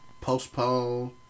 postpone